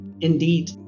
Indeed